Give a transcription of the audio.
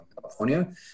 California